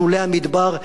בשולי המדבר.